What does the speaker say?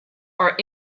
are